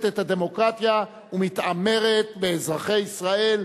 את הדמוקרטיה ומתעמרת באזרחי ישראל.